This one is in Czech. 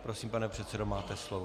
Prosím, pane předsedo, máte slovo.